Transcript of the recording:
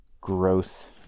growth